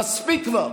מספיק כבר.